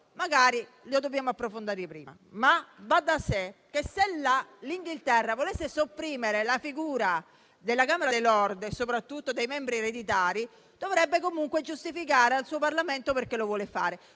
magari dobbiamo prima approfondire. Va però da sé che, se la Gran Bretagna volesse sopprimere la figura della Camera dei Lord e soprattutto dei membri ereditari, dovrebbe comunque giustificare al suo Parlamento perché lo vuole fare.